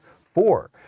Four